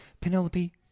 Penelope